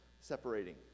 separating